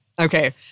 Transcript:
Okay